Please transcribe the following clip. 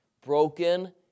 Broken